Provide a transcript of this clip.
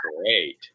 great